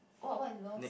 what what is yours